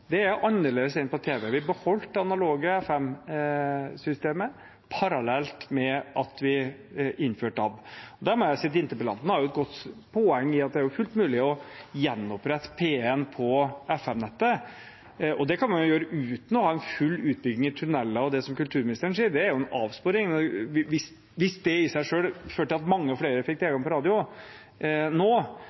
Det er annerledes enn for tv. Vi beholdt det analoge FM-systemet parallelt med at vi innførte DAB. Jeg må si at interpellanten har et godt poeng i at det jo er fullt mulig å gjenopprette P1 på FM-nettet. Det kan man gjøre uten å ha full utbygging i tunneler – og det som kulturministeren sier, er en avsporing. Hvis det i seg selv førte til at mange flere ville få tilgang til radio nå,